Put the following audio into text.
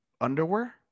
Underwear